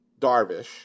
Darvish